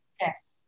Yes